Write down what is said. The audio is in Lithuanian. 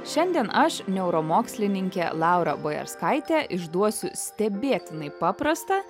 šiandien aš neuromokslininkė laura boerskaitė išduosiu stebėtinai paprastą